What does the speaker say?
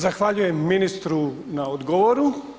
Zahvaljujem ministru na odgovoru.